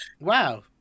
wow